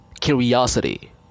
curiosity